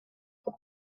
roedd